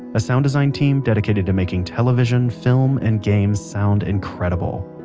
a sound design team dedicated to making television, film, and games sound incredible.